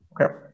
Okay